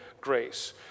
grace